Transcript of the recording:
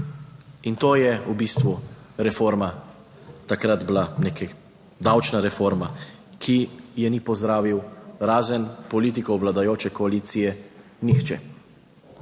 in to je v bistvu reforma takrat bila, neka davčna reforma, ki je ni pozdravil razen politikov vladajoče koalicije, nihče.